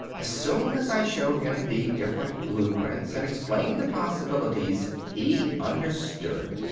as soon as i showed him the different blueprints and explained the possibilities he understood.